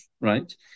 right